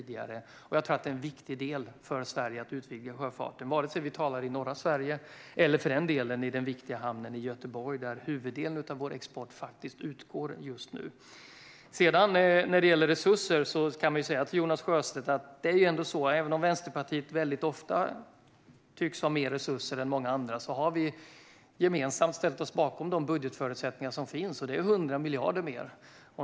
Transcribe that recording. Det är en viktig del för Sverige att utvidga sjöfarten, oavsett om vi talar om norra Sverige eller för den delen om den viktiga hamnen i Göteborg, varifrån huvuddelen av vår export utgår just nu. När det gäller resurser vill jag säga till Jonas Sjöstedt att även om Vänsterpartiet ofta tycks ha mer resurser än många andra har vi gemensamt ställt oss bakom de budgetförutsättningar som finns, och det är 100 miljarder mer.